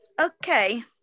Okay